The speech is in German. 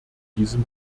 diesem